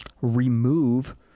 remove